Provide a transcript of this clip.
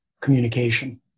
communication